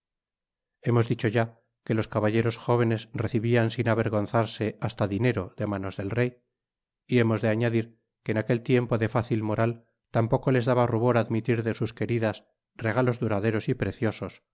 hemos dicho ya que los caballeros jóvenes recibían sin avergonzarse hasta dinero de manos del rey y hemos de añadir que en aquel tiempo de fácil moral tampoco les daba rubor admitir de sus queridas regalos duraderos y preciosos que